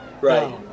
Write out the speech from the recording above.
Right